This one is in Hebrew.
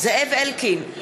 זאב אלקין,